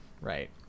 right